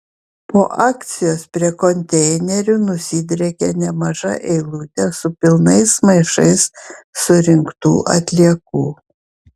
po akcijos prie konteinerių nusidriekė nemaža eilutė su pilnais maišais surinktų atliekų